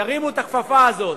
תרימו את הכפפה הזו.